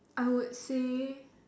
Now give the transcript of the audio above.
I would say